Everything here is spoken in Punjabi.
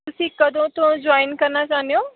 ਤੁਸੀਂ ਕਦੋਂ ਤੋਂ ਜੁਆਇਨ ਕਰਨਾ ਚਾਹੁੰਦੇ ਹੋ